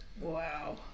Wow